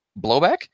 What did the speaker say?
blowback